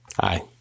Hi